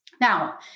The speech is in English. Now